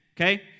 okay